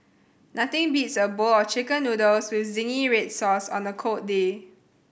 nothing beats a bowl of Chicken Noodles with zingy red sauce on a cold day